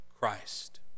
Christ